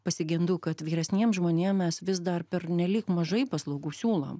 pasigendu kad vyresniem žmonėm mes vis dar pernelyg mažai paslaugų siūlom